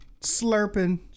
slurping